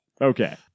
Okay